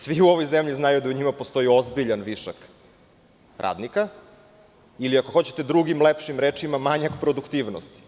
Svi u ovoj zemlji znaju da u njima postoji ozbiljan višak radnika, ili ako hoćete drugim i lepšim rečima – manjak produktivnosti.